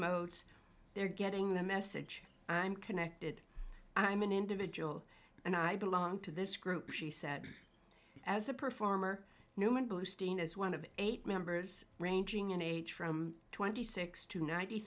modes they're getting the message i'm connected i'm an individual and i belong to this group she said as a performer neumann boosting is one of eight members ranging in age from twenty six to ninety